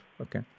okay